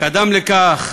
קדמה לכך